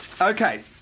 Okay